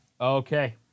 Okay